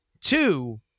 two